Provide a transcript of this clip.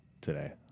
today